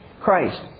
Christ